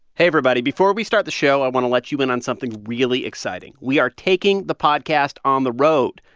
hey, everybody. before we start the show, i want to let you in on something really exciting. we are taking the podcast on the road.